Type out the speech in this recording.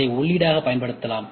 அதை உள்ளீடாகப் பயன்படுத்தலாம்